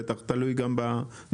בטח תלוי גם במטוסים,